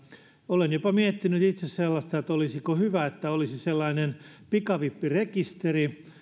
olen jopa miettinyt itse sellaista olisiko hyvä että olisi sellainen pikavippirekisteri